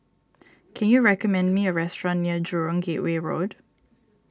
can you recommend me a restaurant near Jurong Gateway Road